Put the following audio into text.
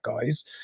guys